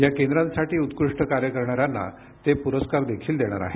या केंद्रांसाठी उत्कृष्ट कार्य करणाऱ्यांना ते पुरस्कारही देणार आहेत